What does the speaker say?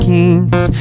Kings